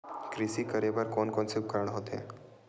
कृषि करेबर कोन कौन से उपकरण होथे?